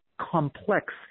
complex